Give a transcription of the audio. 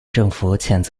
政府